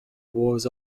was